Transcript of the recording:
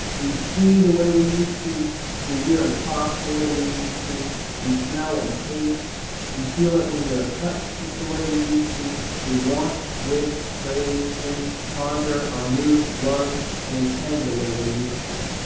we see the way we use to we hear and talk the way we used to we smell and taste we feel it when we are touched just the way we used to we want, wish, crave, think, ponder. are moved, love and intend the way we used to.